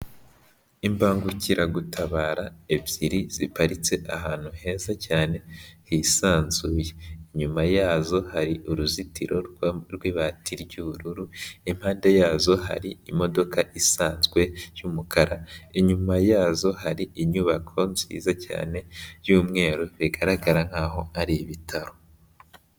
Imbangukiragutabara ebyiri ziparitse ahantu heza cyane hisanzuye, inyuma yazo hari uruzitiro rw'ibati ry'ubururu, impande yazo hari imodoka isanzwe y'umukara, inyuma yazo hari inyubako nziza cyane y'umweru bigaragara nkaho ari ibitaro.